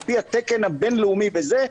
על פי התקן הבינלאומי וזה,